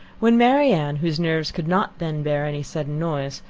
when marianne, whose nerves could not then bear any sudden noise,